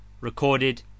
Recorded